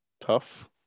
tough